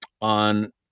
on